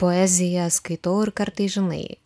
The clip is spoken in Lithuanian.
poeziją skaitau ir kartais žinai